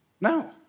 No